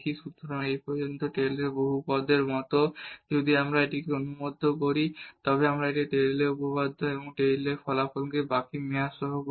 সুতরাং এটি এই পর্যন্ত টেইলরের পলিনোমিয়াল মতো এবং যদি আমরা এটিকে অন্তর্ভুক্ত করি তবে আমরা এটিকে টেইলরের উপপাদ্য বা টেইলরের ফলাফলকে বাকী মেয়াদ সহ বলি